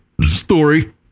story